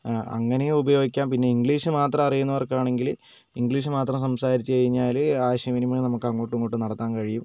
അങ്ങനെയും ഉപയോഗിക്കാം പിന്നെ ഇംഗ്ലീഷ് മാത്രം അറിയുന്നവർക്കാണെങ്കിൽ ഇംഗ്ലീഷ് മാത്രം സംസാരിച്ചുകഴിഞ്ഞാൽ ആശയവിനിമയം നമുക്കങ്ങോട്ടും ഇങ്ങോട്ടും നടത്താൻ കഴിയും